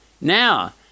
Now